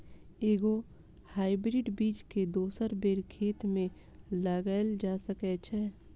एके गो हाइब्रिड बीज केँ दोसर बेर खेत मे लगैल जा सकय छै?